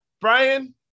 Brian